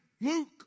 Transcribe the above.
Luke